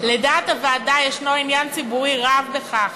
לדעת הוועדה יש עניין ציבורי רב בכך